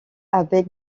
avec